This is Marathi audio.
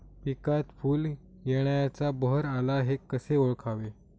पिकात फूल येण्याचा बहर आला हे कसे ओळखावे?